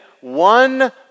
one